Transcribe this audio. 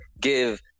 give